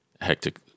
hectic